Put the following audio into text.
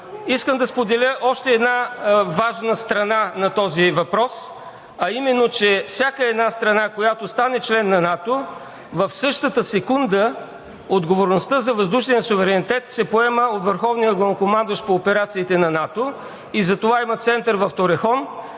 Искам да споделя още една важна страна на този въпрос, а именно, че всяка една страна, която стане член на НАТО, в същата секунда отговорността за въздушния суверенитет се поема от върховния главнокомандващ по операциите на НАТО и затова има център в „Торехон“,